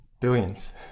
billions